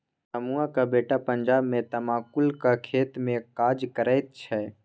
रमुआक बेटा पंजाब मे तमाकुलक खेतमे काज करैत छै